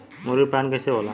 मुर्गी पालन कैसे होला?